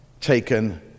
taken